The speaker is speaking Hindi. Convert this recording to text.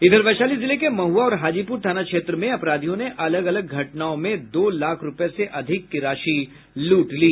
इधर वैशाली जिले के महुआ और हाजीपुर थाना क्षेत्र में अपराधियों ने अलग अलग घटनाओं में दो लाख रूपये से अधिक की राशि लूट ली